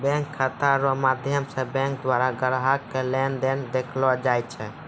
bank खाता रो माध्यम से बैंक द्वारा ग्राहक के लेन देन देखैलो जाय छै